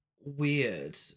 weird